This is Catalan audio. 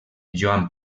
joan